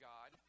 God